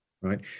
right